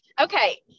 Okay